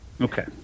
Okay